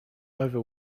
over